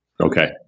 Okay